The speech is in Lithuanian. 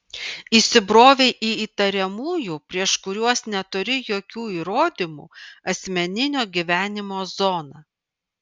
įsibrovei į įtariamųjų prieš kuriuos neturi jokių įrodymų asmeninio gyvenimo zoną